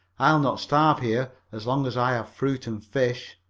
i'll not starve here as long as i have fruit and fish.